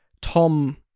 tom